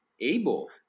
able